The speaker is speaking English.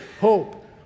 hope